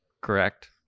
correct